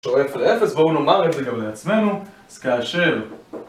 שואף לאפס, בואו נאמר את זה גם לעצמנו, אז כאשר...